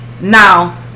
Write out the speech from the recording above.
Now